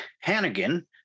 Hannigan